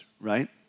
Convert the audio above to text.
right